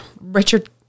Richard